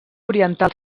oriental